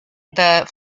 the